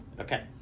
Okay